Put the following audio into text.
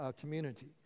community